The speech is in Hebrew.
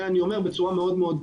זה אני אומר בצורה מאוד ברורה.